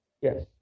Yes